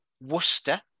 Worcester